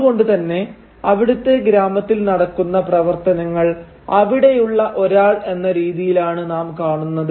അതു കൊണ്ടുതന്നെ അവിടുത്തെ ഗ്രാമത്തിൽ നടക്കുന്ന പ്രവർത്തനങ്ങൾ അവിടെയുള്ള ഒരാൾ എന്ന രീതിയിലാണ് നാം കാണുന്നത്